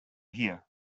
hier